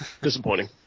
Disappointing